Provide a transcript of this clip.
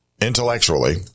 intellectually